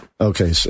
Okay